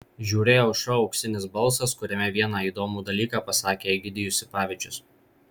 žiūrėjau šou auksinis balsas kuriame vieną įdomų dalyką pasakė egidijus sipavičius